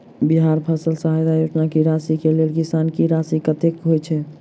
बिहार फसल सहायता योजना की राशि केँ लेल किसान की राशि कतेक होए छै?